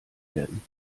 werden